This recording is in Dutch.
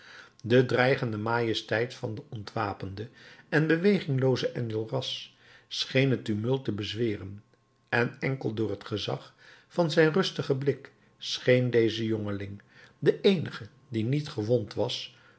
de dreigende majesteit van den ontwapenden en bewegingloozen enjolras scheen het tumult te bezweren en enkel door het gezag van zijn rustigen blik scheen deze jongeling de eenige die niet gewond was